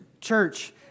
church